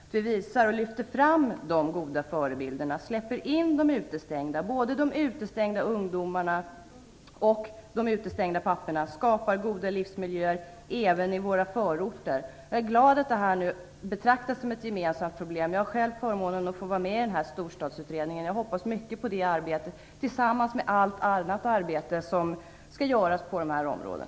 Vi måste visa och lyfta fram de goda förebilderna. Vi måste släppa in både de utestängda ungdomarna och de utestängda papporna och skapa goda livsmiljöer även i våra förorter. Jag är glad att detta nu betraktas som ett gemensamt problem. Jag har själv förmånen att få vara med i Storstadsutredningen. Jag hoppas mycket på det arbetet tillsammans med allt annat arbete som skall göras på dessa områden.